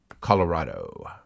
Colorado